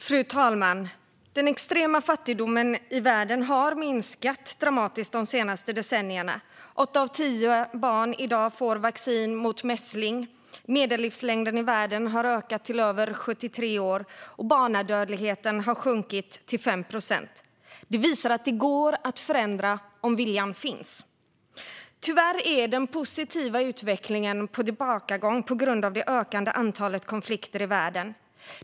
Fru talman! Den extrema fattigdomen i världen har minskat dramatiskt de senaste decennierna. Åtta av tio barn får i dag vaccin mot mässling. Medellivslängden i världen har ökat till över 73 år, och barnadödligheten har sjunkit till 5 procent. Detta visar att det går att förändra om viljan finns. Tyvärr är den positiva utvecklingen på tillbakagång på grund av det ökande antalet konflikter i världen.